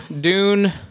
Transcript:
Dune